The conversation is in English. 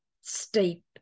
steep